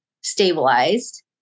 stabilized